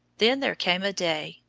then there came a day,